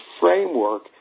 framework